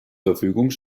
verfügung